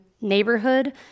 neighborhood